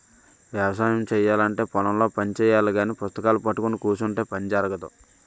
వ్యవసాయము చేయాలంటే పొలం లో పని చెయ్యాలగాని పుస్తకాలూ పట్టుకొని కుసుంటే పని జరగదు